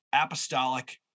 apostolic